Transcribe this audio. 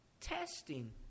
testing